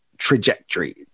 trajectory